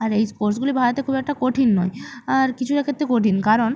আর এই কোর্সগুলি ভারতে খুব একটা কঠিন নয় আর কিছুটা ক্ষেত্রে কঠিন কারণ